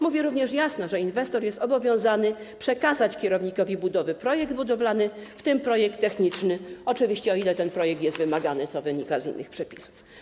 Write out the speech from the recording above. Mówi również jasno, że inwestor jest obowiązany przekazać kierownikowi budowy projekt budowlany, w tym projekt techniczny, oczywiście o ile ten projekt jest wymagany, co wynika z innych przepisów.